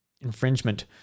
infringement